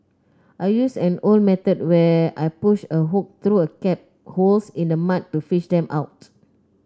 I use an old method where I push a hook through crab holes in the mud to fish them out